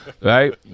right